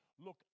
Look